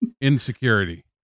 insecurity